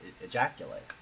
ejaculate